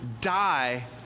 die